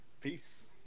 Peace